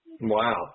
Wow